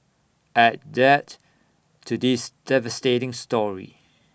add that to this devastating story